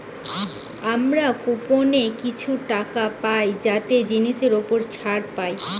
আমরা কুপনে কিছু টাকা পাই যাতে জিনিসের উপর ছাড় পাই